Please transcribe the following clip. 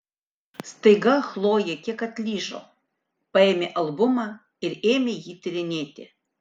staiga chlojė kiek atlyžo paėmė albumą ir ėmė jį tyrinėti